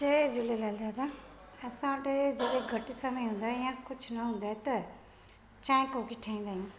जय झूलेलाल दादा असां वटि घटि समय हूंदा या कुझु न हूंदा त चांहि कोकी ठाहींदा आहियूं